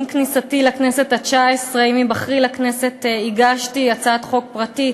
עם היבחרי לכנסת הגשתי הצעת חוק פרטית